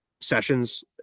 sessions